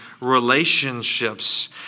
relationships